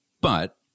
But-